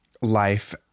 life